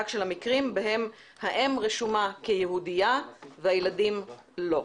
של המקרים בהם האם רשומה כיהודייה והילדים לא.